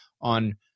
on